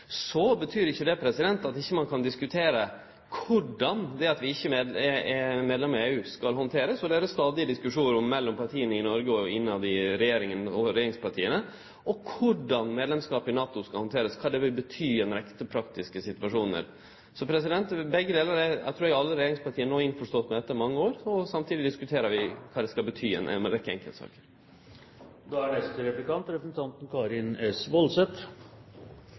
Det betyr ikkje at ein ikkje kan diskutere korleis det at vi ikkje er medlem av EU, skal handterast – det er det stadige diskusjonar om mellom partia i Noreg og innanfor regjeringa og i regjeringspartia – og korleis medlemskapen i NATO skal handterast, og kva det vil bety i ei rekkje praktiske situasjonar. Eg trur alle regjeringspartia har vore innforstått med dette i mange år, og samtidig diskuterer vi kva det skal bety i ei rekkje enkeltsaker. Representanten Solhjell snakket om doseringen mellom Fremskrittspartiet og Høyre. Det er